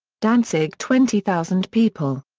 danzig twenty thousand people.